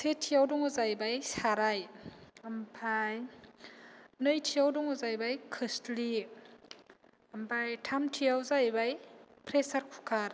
सेथियाव दङ जाहैबाय साराय ओमफाय नैथियाव दङ जाहैबाय खोस्लि ओमफाय थामथियाव जाहैबाय प्रेसार कुकार